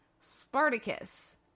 Spartacus